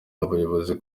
abayobozi